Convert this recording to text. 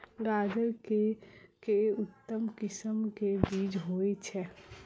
गाजर केँ के उन्नत किसिम केँ बीज होइ छैय?